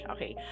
Okay